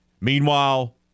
Meanwhile